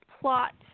plot